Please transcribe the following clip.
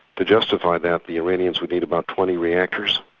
to justify that, the iranians would need about twenty reactors.